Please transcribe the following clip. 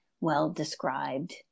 well-described